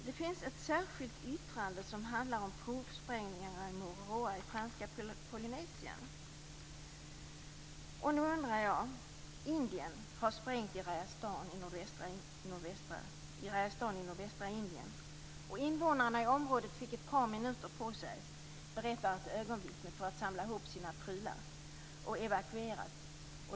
Det finns ett särskilt yttrande som handlar om provsprängningarna vid Indien har sprängt i Rajastan i nordvästra Indien. Invånarna i området fick ett par minuter på sig, berättar ögonvittnen, att samla ihop sina prylar och evakueras.